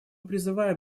призываем